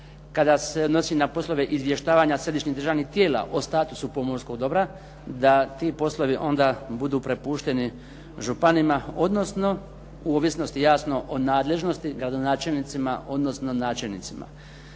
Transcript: kada se odnosi na poslove izvještavanja Središnjih državnih tijela o statusu pomorskog dobra da ti poslovi onda budu prepušteni županima, odnosno u ovisnosti jasno o nadležnosti gradonačelnicima odnosno načelnicima.